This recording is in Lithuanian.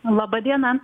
laba diena